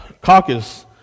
Caucus